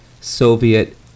Soviet